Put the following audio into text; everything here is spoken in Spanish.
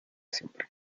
siempre